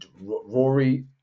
Rory